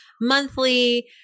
monthly